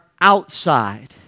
outside